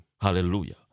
Hallelujah